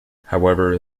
however